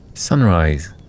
Sunrise